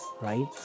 right